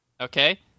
Okay